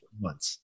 months